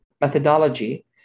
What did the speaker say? methodology